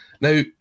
Now